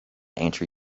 answer